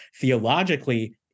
theologically